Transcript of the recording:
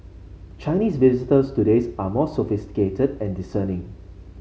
Chinese visitors today are more sophisticated and discerning